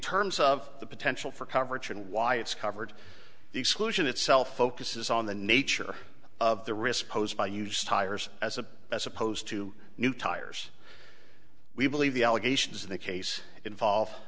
terms of the potential for coverage and why it's covered the exclusion itself focuses on the nature of the risk posed by use tires as a as opposed to new tires we believe the allegations in the case involve